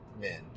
men